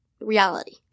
reality